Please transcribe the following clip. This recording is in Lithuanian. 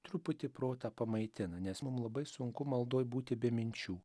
truputį protą pamaitina nes mum labai sunku maldoj būti be minčių